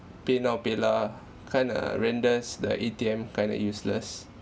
paynow paylah kind of renders the A_T_M kind of useless